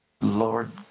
Lord